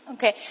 Okay